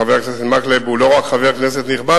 חבר הכנסת מקלב הוא לא רק חבר כנסת נכבד,